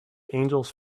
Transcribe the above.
angels